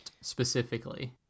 specifically